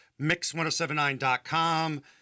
mix1079.com